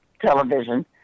television